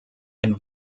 ein